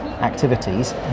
activities